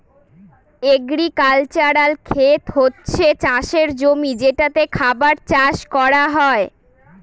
agricultural খেত হচ্ছে চাষের জমি যেটাতে খাবার চাষ করা হয়